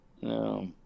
no